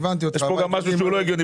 יש כאן משהו לא הגיוני.